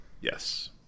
Yes